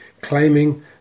claiming